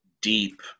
deep